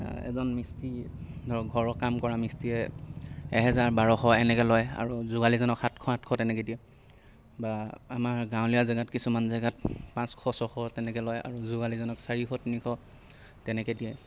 এজন মিত্ৰী ধৰক ঘৰৰ কাম কৰা মিস্ত্ৰীয়ে এহেজাৰ বাৰশ এনেকৈ লয় আৰু যোগালিজনক সাতশ আঠশ তেনেকৈ দিয়ে বা আমাৰ গাঁৱলীয়া জেগাত কিছুমান জেগাত পাঁচশ ছশ তেনেকৈ লয় আৰু যোগালিজনক আঢ়ৈশ তিনিশ তেনেকৈ দিয়ে